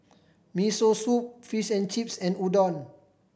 Miso Soup Fish and Chips and Udon